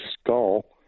skull